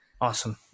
awesome